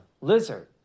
Lizard